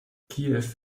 kiew